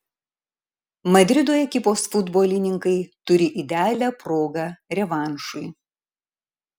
madrido ekipos futbolininkai turi idealią progą revanšui